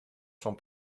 sont